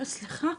סליחה,